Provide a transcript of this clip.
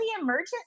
emergent